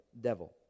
devil